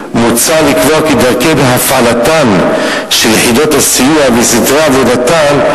מוצע לקבוע כי דרכי הפעלתן של יחידות הסיוע וסדרי עבודתן,